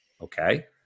okay